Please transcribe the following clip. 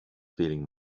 feeling